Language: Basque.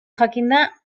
jakinda